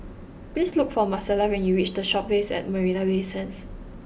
please look for Marcela when you reach The Shoppes at Marina Bay Sands